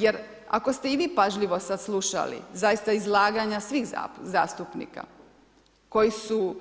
Jer ako ste i vi pažljivo sada slušali zaista izlaganja svih zastupnika koji su